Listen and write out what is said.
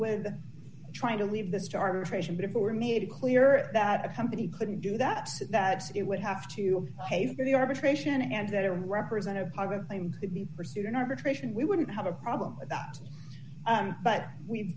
with trying to leave the starvation but if it were made clear that a company couldn't do that it would have to pay for the arbitration and that are represented to be pursued in arbitration we wouldn't have a problem with that but we've